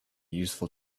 useful